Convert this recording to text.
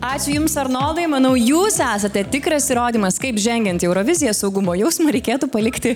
ačiū jums arnoldai manau jūs esate tikras įrodymas kaip žengiant į euroviziją saugumo jausmą reikėtų palikti